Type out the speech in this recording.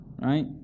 Right